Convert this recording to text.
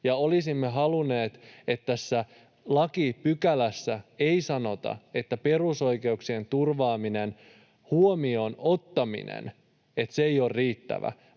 Olisimme halunneet, että tässä lakipykälässä ei sanota, että perusoikeuksien turvaamisen huomioon ottaminen on riittävää,